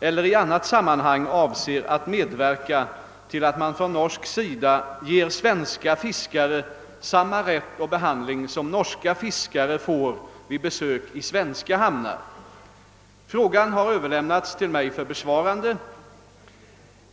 eller i annat sammanhang avser att medverka till att man från norsk sida ger svenska fiskare samma rätt och behandling som norska fiskare får vid besök i svenska hamnar. Frågan har överlämnats till mig för besvarande.